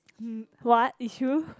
hmm what is true